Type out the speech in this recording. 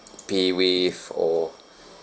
be waived or